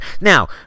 Now